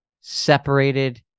separated